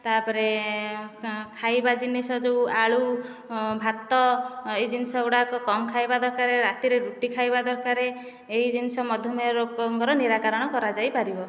ତା'ପରେ ଖାଇବା ଜିନିଷ ଯେଉଁ ଆଳୁ ଭାତ ଏହି ଜିନିଷଗୁଡ଼ିକ କମ୍ ଖାଇବା ଦରକାର ରାତିରେ ରୁଟି ଖାଇବା ଦରକାର ଏହି ଜିନିଷ ମଧୁମେହ ରୋଗଙ୍କର ନିରାକରଣ କରାଯାଇପାରିବ